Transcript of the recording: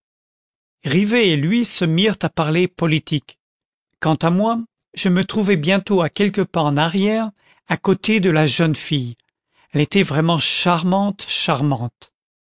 rivet et lui se mirent à parler politique quant à moi je me trouvai bientôt à quelques pas en arrière à côté de la jeune fille elle était vraiment charmante charmante